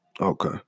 Okay